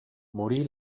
morí